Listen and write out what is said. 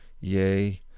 yea